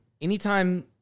anytime